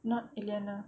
not eliana